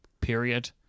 period